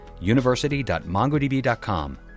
University.mongodb.com